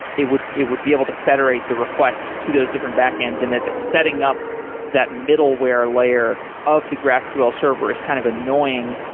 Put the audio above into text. it would it would be able to federate the requests to those different back-ends, and that that setting up that middleware layer of the graphql server is kind of annoying.